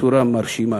בצורה מרשימה.